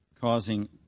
causing